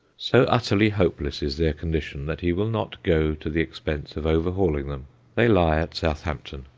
so utterly hopeless is their condition, that he will not go to the expense of overhauling them they lie at southampton,